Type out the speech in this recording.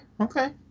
Okay